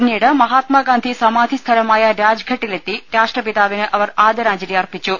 പിന്നീട് മഹാത്മാഗാന്ധി സമാധി സ്ഥലമായ രാജ്ഘട്ടിലെത്തി രാഷ്ട്രപിതാവിന് അവർ ആദരാഞ്ജലി അർപ്പിച്ചു